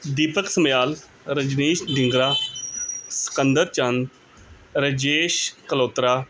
Deepak Samyal Rajneesh Dingra Sikandar Chand Rajesh Kalotra